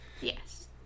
Yes